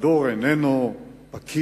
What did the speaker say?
לדור אינו פקיד,